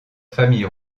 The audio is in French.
famille